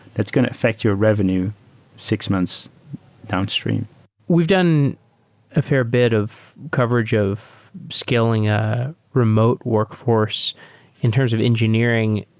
that's going to affect your revenue six months downstream we've done a fair bit of coverage of scaling a remote workforce in terms of engineering.